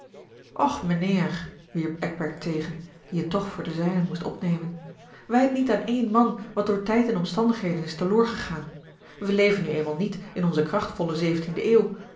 mijnheer wierp eckbert tegen die het toch voor de zijnen moest opnemen wijt niet aan één man wat door tijd en omstandigheden is te loor gegaan wij leven de nu eenmaal niet in onze krachtvolle zeventiende eeuw